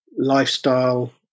Lifestyle